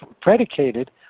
predicated